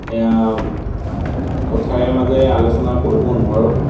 কথাৰ মাজেৰে আলোচনা কৰিব নোৱাৰোঁ